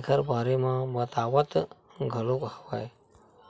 ऐखर बारे म बतावत घलोक हवय